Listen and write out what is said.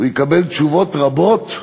הוא יקבל תשובות רבות,